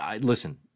listen